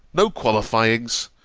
no qualifyings!